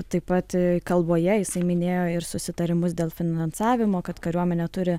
taip pat kalboje jisai minėjo ir susitarimus dėl finansavimo kad kariuomenė turi